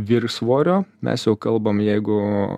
viršsvorio mes jau kalbam jeigu